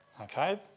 Okay